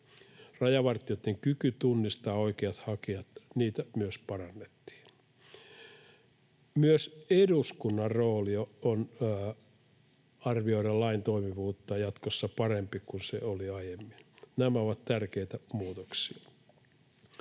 rajavartijoitten kykyä tunnistaa oikeat hakijat parannettiin. Myös eduskunnan rooli arvioida lain toimivuutta jatkossa on parempi kuin se oli aiemmin. Nämä ovat tärkeitä muutoksia.